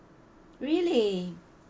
really